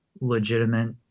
legitimate